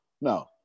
no